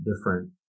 different